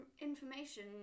information